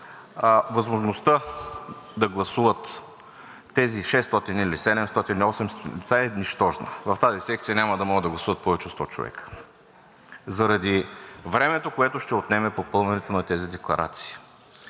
възможността да гласуват тези 600, 700 или 800 лица е нищожна. В тази секция няма да могат да гласуват повече от 100 човека заради времето, което ще отнеме попълването на тези декларации.